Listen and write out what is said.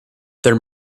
there